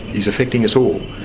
is affecting us all.